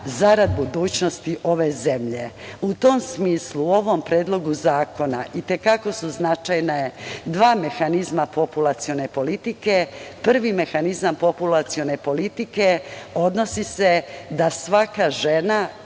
zarad budućnosti ove zemlje.U tom smislu u ovom Predlogu zakona, i te kako su značajna dva mehanizma populacione politike. Prvi mehanizam populacione politike odnosi se da svaka žena